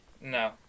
No